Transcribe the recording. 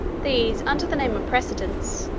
these, under the name of precedents,